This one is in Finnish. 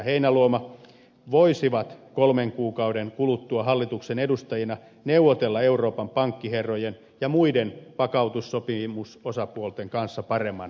heinäluoma voisivat kolmen kuukauden kuluttua hallituksen edustajina neuvotella euroopan pankkiherrojen ja muiden vakautussopimusosapuolten kanssa paremman sopimuksen